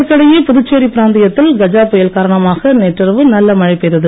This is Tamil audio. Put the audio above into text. இதற்கிடையே புதுச்சேரி பிராந்தியத்தில் கஜா புயல் காரணமாக நேற்று இரவு நல்ல மழை பெய்தது